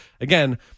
again